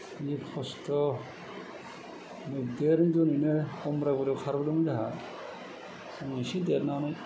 जि खस्त' मैदेरनि जुनैनो अमब्रागुरियाव खारबोदोंमोन जोंहा जों एसे देरनानै